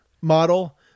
model